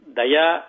Daya